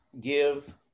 give